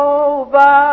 over